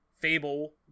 fable